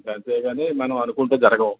అంతేగాని మనం అనుకుంటే జరగవు